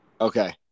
Okay